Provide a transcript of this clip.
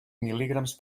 mil·ligrams